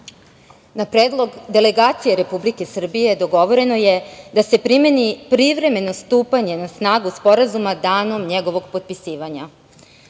predlog delegacije Republike Srbije dogovoreno je da se primeni privremeno stupanje na snagu Sporazuma danom njegovog potpisivanja.